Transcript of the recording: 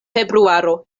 februaro